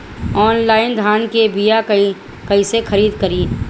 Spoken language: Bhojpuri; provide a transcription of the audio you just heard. आनलाइन धान के बीया कइसे खरीद करी?